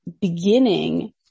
beginning